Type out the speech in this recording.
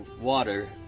water